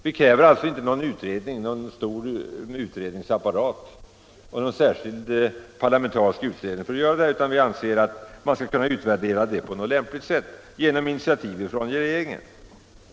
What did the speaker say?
Vi kräver alltså inte någon större utredningsapparat eller tillsättandet av en särskild parlamentarisk utredning, utan vi anser att man kan göra en sådan utvärdering på lämpligt sätt genom ett initiativ från regeringen.